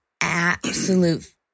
absolute